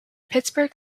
pittsburgh